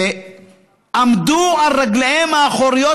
עמדו על רגליהם האחוריות,